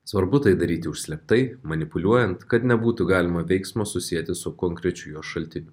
svarbu tai daryti užslėptai manipuliuojant kad nebūtų galima veiksmo susieti su konkrečiu jo šaltinio